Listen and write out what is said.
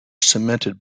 cemented